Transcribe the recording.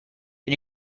you